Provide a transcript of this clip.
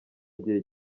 gihe